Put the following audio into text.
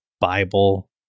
Bible